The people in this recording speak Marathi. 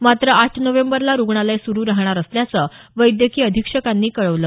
मात्र आठ नोव्हेंबरला रूग्णालय सुरू राहणार असल्याचं वैद्यकीय अधीक्षकांनी कळवलं